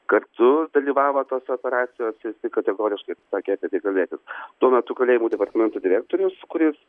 kartu dalyvavo tose operacijose jisai kategoriškai atsisakė apie tai kalbėtis tuo metu kalėjimų departamento direktorius kuris